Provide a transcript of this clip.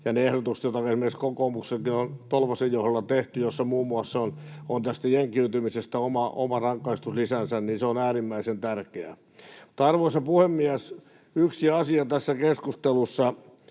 ja ne ehdotukset, joita esimerkiksi kokoomuksessakin on Tolvasen johdolla tehty, että muun muassa on tästä jengiytymisestä oma rangaistuslisänsä, ovat äärimmäisen tärkeitä. Arvoisa puhemies! Yksi asia tässä keskustelussa